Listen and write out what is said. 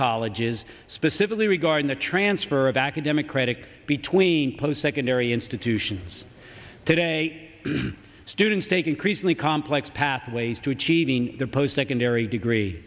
colleges specifically regarding the transfer of academic critic between post secondary institutions today students take increasingly complex pathways to achieving the post secondary degree